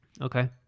Okay